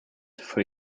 for